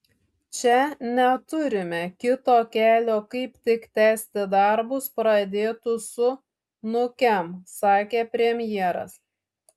čia neturime kito kelio kaip tik tęsti darbus pradėtus su nukem sakė premjeras